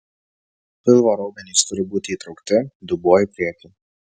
pilvo raumenys turi būti įtraukti dubuo į priekį